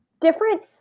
different